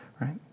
right